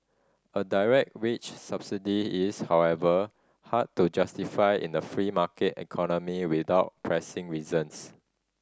a direct wage subsidy is however hard to justify in a free market economy without pressing reasons